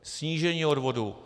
Snížení odvodů.